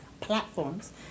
platforms